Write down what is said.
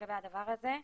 לגבי הדבר הזה,